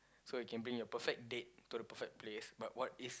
so you can bring your perfect date to the perfect place but what is